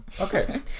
Okay